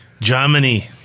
Germany